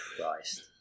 Christ